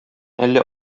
әллә